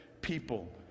people